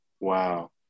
wow